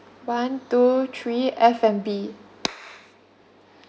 one two three F&B